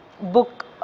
book